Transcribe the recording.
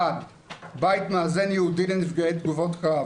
1. בית מאזן ייעודי לנפגעי תגובות קרב